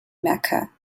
mecca